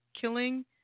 killing